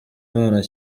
imana